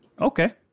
Okay